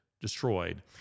destroyed